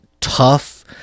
tough